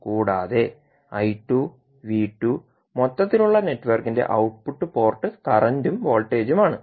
കൂടാതെ മൊത്തത്തിലുള്ള നെറ്റ്വർക്കിന്റെ ഔട്ട്പുട്ട് പോർട്ട് കറന്റും വോൾട്ടേജും ആണ്